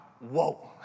Whoa